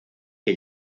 que